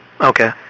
Okay